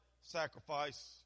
sacrifice